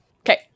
Okay